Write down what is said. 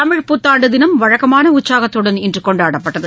தமிழ் புத்தாண்டு தினம் வழக்கமான உற்சாகத்துடன் இன்று கொண்டாடப்பட்டது